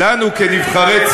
לכן אתה מלבה אותה פה בכנסת?